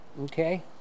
okay